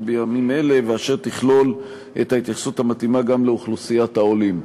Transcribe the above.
בימים אלה ואשר תכלול את ההתייחסות המתאימה גם לאוכלוסיית העולים.